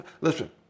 Listen